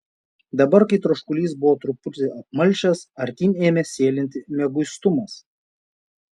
dabar kai troškulys buvo truputį apmalšęs artyn ėmė sėlinti mieguistumas